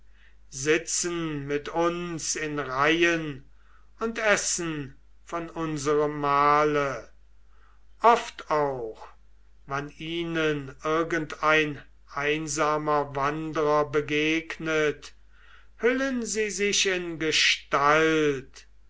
sitzen mit uns in reihen und essen von unserem mahle oft auch wann ihnen irgendein einsamer wandrer begegnet hüllen sie sich in gestalt